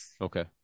okay